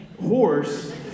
horse